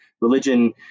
religion